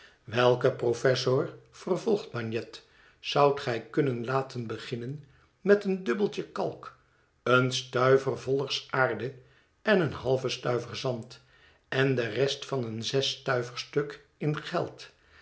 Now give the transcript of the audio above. welk professor vervolgt bagnet zoudt gij kunnen laten beginnen met een dubbeltje kalk een stuiver vollers aarde en een halve stuiver zand en de rest van een zesstuiyerstuk in geld